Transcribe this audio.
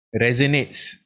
resonates